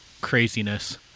craziness